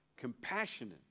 compassionate